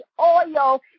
oil